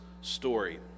story